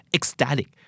Ecstatic